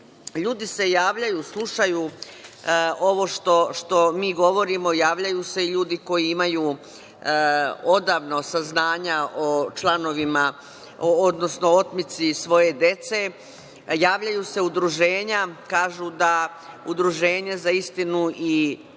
ljudi se javljaju, slušaju ovo što mi govorimo, javljaju se i ljudi koji imaju odavno saznanja o otmici svoje dece, javljaju se udruženja, kažu da Udruženje za istinu i